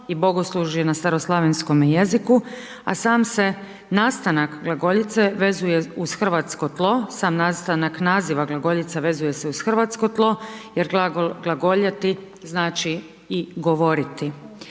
i bogoslužje na staroslavenskome jeziku, a sam se nastanak glagoljice vezuje uz Hrvatsko tlo, sam nastanak naziva glagoljica vezuje se uz Hrvatsko tlo, jer glagol glagoljati znači i govoriti.